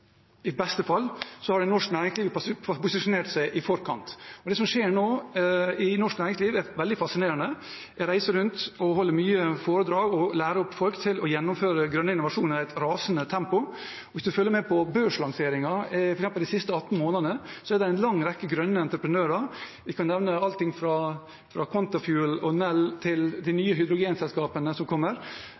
i beste fall – har norsk næringsliv posisjonert seg i forkant. Det som skjer nå i norsk næringsliv, er veldig fascinerende. Jeg reiser rundt og holder mange foredrag og lærer opp folk til å gjennomføre grønn innovasjon i et rasende tempo. Hvis man følger med på børslanseringer f.eks. de siste 18 månedene, er det en lang rekke grønne entreprenører, alt fra Quantafuel og Nel til de nye hydrogenselskapene som kommer,